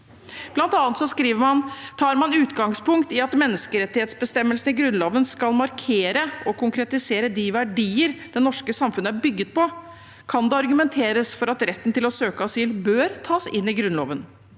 man: «Tar man utgangspunkt i at menneskerettighetsbestemmelsene i Grunnloven skal markere og konkretisere de verdier det norske samfunnet er bygget på, kan det argumenteres for at retten til å søke asyl bør tas inn i Grunnloven.